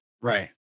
right